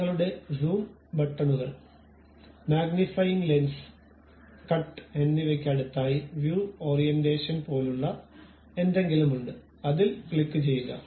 നിങ്ങളുടെ സൂം ബട്ടണുകൾ magnifying lens cut എന്നിവയ്ക്ക് അടുത്തായി വ്യൂ ഓറിയന്റേഷൻ പോലുള്ള എന്തെങ്കിലും ഉണ്ട് അതിൽ ക്ലിക്കുചെയ്യുക